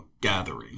gathering